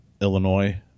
Illinois